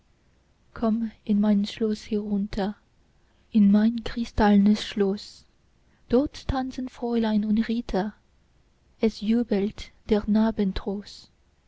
komm in mein schloß herunter in mein kristallenes schloß dort tanzen die fräulein und ritter es jubelt der